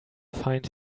find